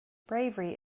bravery